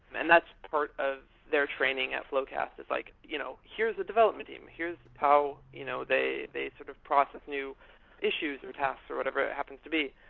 and that's part of their training at floqast, it's like, you know here's the development team. here's how you know they they sort of process new issues and tasks, or whatever it happens to be.